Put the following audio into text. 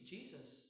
Jesus